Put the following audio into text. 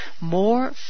more